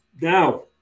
now